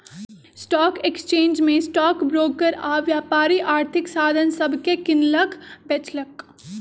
stock exchange में stock broker आऽ व्यापारी आर्थिक साधन सभके किनलक बेचलक